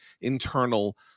internal